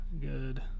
good